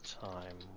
time